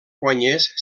guanyés